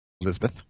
Elizabeth